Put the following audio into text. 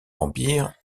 empire